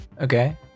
Okay